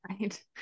Right